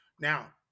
Now